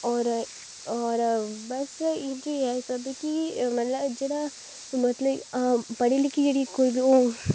होर होर बस इ'यै ऐ सब कि मतलब जेह्ड़ा मतलब पढ़ी लिखी दी जेह्ड़ी कोई बी होग